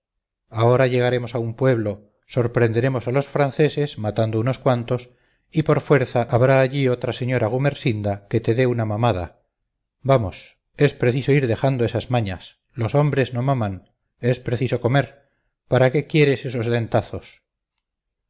ahora llegaremos a un pueblo sorprenderemos a los franceses matando unos cuantos y por fuerza habrá allí otra señora gumersinda que te dé una mamada vamos es preciso ir dejando esas mañas los hombres no maman es preciso comer para qué quieres esos dentazos